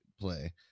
play